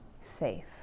safe